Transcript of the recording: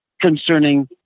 concerning